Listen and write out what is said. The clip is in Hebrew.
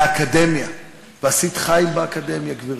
את הגעת מהאקדמיה ועשית חיל באקדמיה, גברתי,